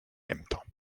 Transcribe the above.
ämter